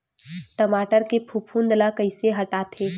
टमाटर के फफूंद ल कइसे हटाथे?